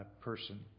person